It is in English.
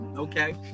Okay